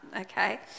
okay